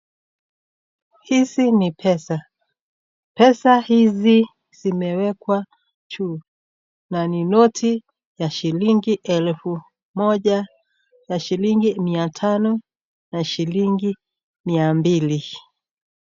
Hizi ni pesa. Pesa hizi zimewekwa juu na ni noti ya shilingi elfu moja na shilingi mia tano na shilingi mia mbili.